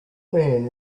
man